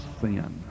sin